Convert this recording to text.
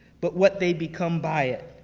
but what they become by it.